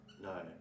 No